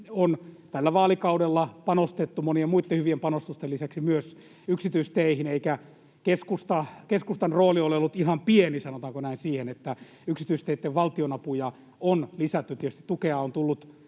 tällä vaalikaudella on panostettu monien muitten hyvien panostusten lisäksi myös yksityisteihin eikä keskustan rooli ole ollut ihan pieni, sanotaanko näin, siihen, että yksityisteiden valtionapuja on lisätty. Tietysti tukea on tullut